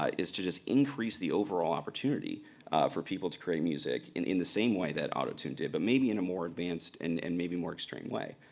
ah is to just increase the overall opportunity for people to create music, and in the same way that auto-tune did, but maybe in a more advanced, and and maybe more extreme way.